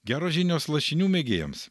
geros žinios lašinių mėgėjams